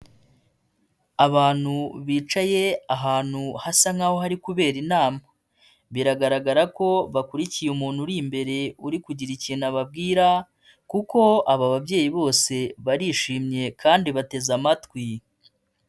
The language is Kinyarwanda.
Abantu bicaye ahantu hasa nk'aho hari kubera inama, biragaragara ko bakurikiye umuntu uri imbere, uri kugira ikintu ababwira kuko aba babyeyi bose barishimye kandi bateze amatwi.